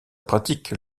pratique